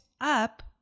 up